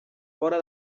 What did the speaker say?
vora